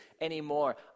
anymore